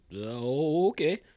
Okay